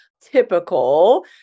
typical